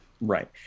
Right